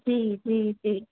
जी जी जी